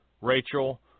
Rachel